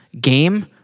game